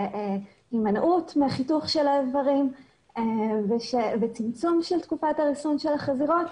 שהימנעות מחיתוך של האיברים וצמצום של תקופת הריסון של החזירות,